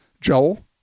Joel